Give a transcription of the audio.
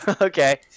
Okay